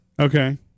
okay